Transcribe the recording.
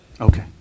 Okay